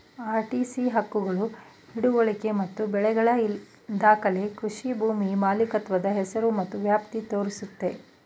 RTC ಹಕ್ಕುಗಳು ಹಿಡುವಳಿ ಮತ್ತು ಬೆಳೆಗಳ ದಾಖಲೆ ಕೃಷಿ ಭೂಮಿ ಮಾಲೀಕತ್ವದ ಹೆಸರು ಮತ್ತು ವ್ಯಾಪ್ತಿ ತೋರಿಸುತ್ತೆ